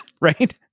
Right